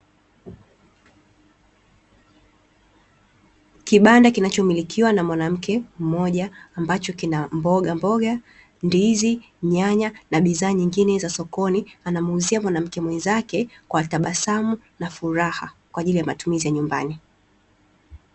Kibanda kinachomilikiwa na mwanamke mmoja ambacho kina mboga mboga ndizi nyanya na mizani mjini za sokoni anamuuzia mwanamke mwenzake kwa tabasamu na furaha kwa ajili ya matumizi ya nyumbani.